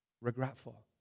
regretful